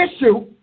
issue